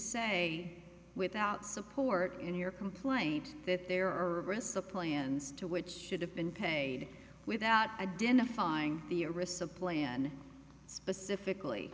say without support in your complaint that there are aggressive plans to which should have been paid without identifying theorist's a plan specifically